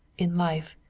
in life.